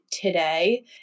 today